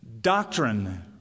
doctrine